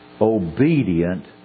obedient